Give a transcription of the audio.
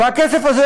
והכסף הזה,